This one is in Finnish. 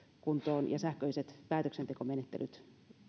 kuntoon ja sähköiset päätöksentekomenettelyt